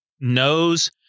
knows